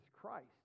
Christ